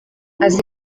azi